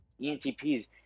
ENTPs